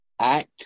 act